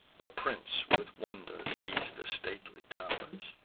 the prince with wonder sees the stately tow'rs,